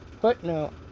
footnote